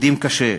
עובדים קשה.